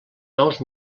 nous